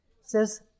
Says